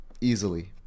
easily